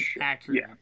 accurate